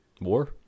War